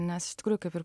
nes iš tikrųjų kaip ir